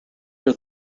are